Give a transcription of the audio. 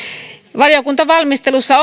valiokuntavalmistelussa